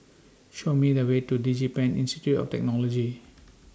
Show Me The Way to Digi Pen Institute of Technology